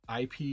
IP